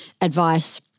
advice